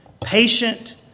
patient